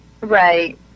Right